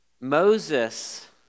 Moses